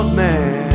man